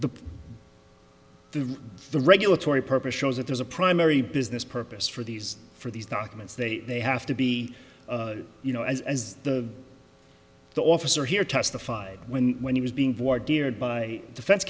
the the regulatory purpose shows that there's a primary business purpose for these for these documents they they have to be you know as the officer here testified when when he was being bored geared by defense